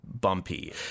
bumpy